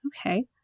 Okay